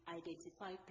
identify